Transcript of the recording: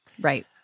Right